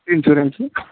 insurance